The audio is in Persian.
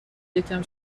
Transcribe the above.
یکم